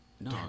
no